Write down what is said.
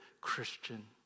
Christian